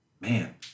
Man